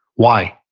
why?